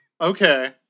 Okay